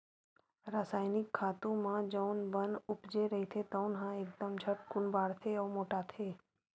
रसायनिक खातू म जउन बन उपजे रहिथे तउन ह एकदम झटकून बाड़थे अउ मोटाथे